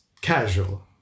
casual